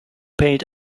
paid